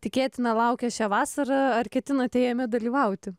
tikėtina laukia šią vasarą ar ketinate jame dalyvauti